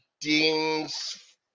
Dean's